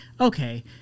okay